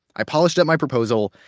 i polished up my proposal,